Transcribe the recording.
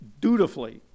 dutifully